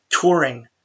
Touring